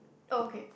oh okay